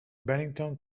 bennington